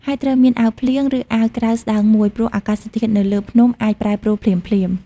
ហើយត្រូវមានអាវភ្លៀង ឬអាវក្រៅស្តើងមួយ ព្រោះអាកាសធាតុនៅលើភ្នំអាចប្រែប្រួលភ្លាមៗ។